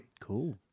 cool